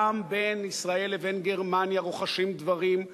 גם בין ישראל לבין גרמניה רוחשים דברים,